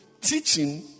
teaching